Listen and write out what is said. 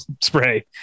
spray